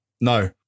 No